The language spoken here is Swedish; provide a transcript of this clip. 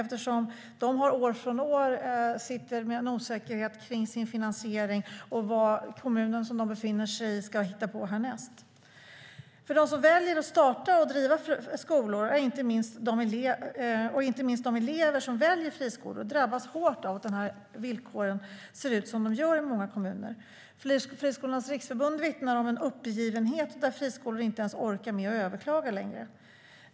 De sitter år efter år med en osäkerhet om sin finansiering och om vad kommunen som de befinner sig i ska hitta på härnäst. De som väljer att starta och driva skolor, och inte minst de elever som väljer friskolor, drabbas hårt av att villkoren ser ut som de gör i många kommuner. Friskolornas riksförbund vittnar om en uppgivenhet där friskolor inte längre ens orkar med att överklaga.